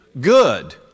good